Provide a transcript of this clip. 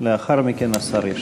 לאחר מכן השר ישיב.